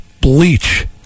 bleach